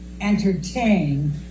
entertain